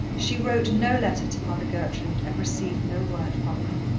she wrote no letter to mother gertrude, and received no word from her.